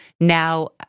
now